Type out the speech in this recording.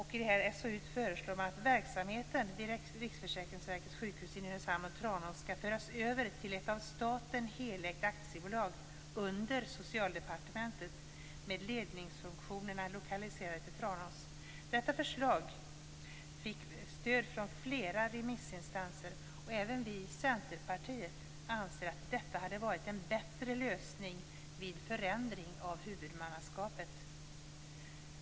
I detta SOU föreslår man att verksamheten vid Riksförsäkringsverkets sjukhus i Nynäshamn och Tranås skall föras över till ett av staten helägt aktiebolag under Socialdepartementet med ledningsfunktionerna lokaliserade till Tranås. Detta förslag fick stöd från flera remissinstanser, och även vi i Centerpartiet anser att detta hade varit en bättre lösning vid en förändring av huvudmannaskapet.